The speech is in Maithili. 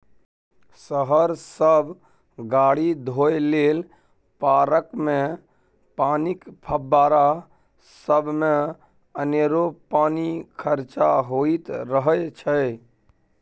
शहर सब गाड़ी धोए लेल, पार्कमे पानिक फब्बारा सबमे अनेरो पानि खरचा होइत रहय छै